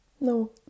No